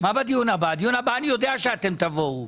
יודע אתם תבואו.